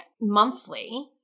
monthly